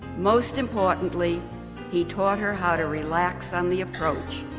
most importantly he taught her how to relax on the approach.